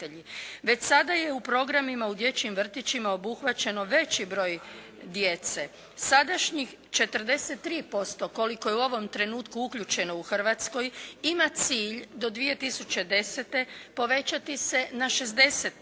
Već sada je u programima u dječjim vrtićima obuhvaćeno veći broj djece. Sadašnjih 43% koliko je u ovom trenutku uključeno u Hrvatskoj ima cilj do 2010. povećati se na 60%,